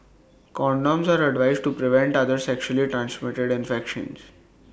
condoms are advised to prevent other sexually transmitted infections